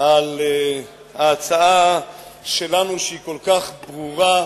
על ההצעה שלנו, שהיא כל כך ברורה,